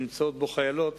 שנמצאות בו חיילות